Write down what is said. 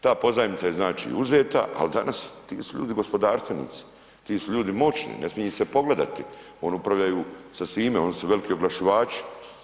Ta pozajmica je znači uzeta ali danas ti su ljudi gospodarstvenici, ti su ljudi moćni, ne smije ih se pogledati, oni upravljaju sa svime, oni su veliki oglašivači.